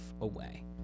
away